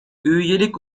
üyelik